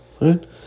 right